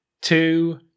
two